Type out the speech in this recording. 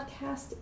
podcast